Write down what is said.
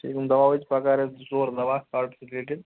ٹھیٖک یِم دوا ٲسۍ بکار حٲز زٕ ژور دوا ہاٹس رِِلیٹِڈ